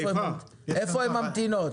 איפה הן ממתינות?